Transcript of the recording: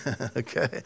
okay